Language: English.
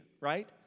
right